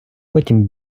потім